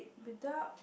the dark